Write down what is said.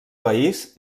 país